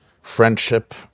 friendship